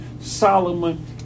Solomon